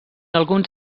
alguns